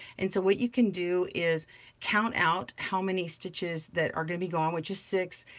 and so what you can do is count out how many stitches that are gonna be gone which is six,